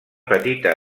petita